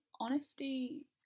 honesty